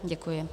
Děkuji.